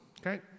okay